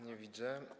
Nie widzę.